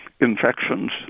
infections